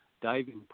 diving